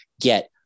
get